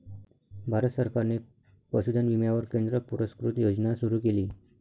भारत सरकारने पशुधन विम्यावर केंद्र पुरस्कृत योजना सुरू केली